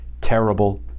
terrible